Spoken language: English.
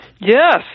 Yes